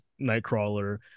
nightcrawler